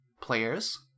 players